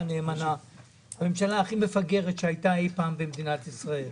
נאמנה בממשלה הכי מפגרת שהייתה אי פעם במדינת ישראל.